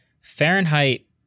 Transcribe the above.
Fahrenheit